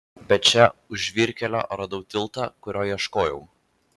bet čia už žvyrkelio radau tiltą kurio ieškojau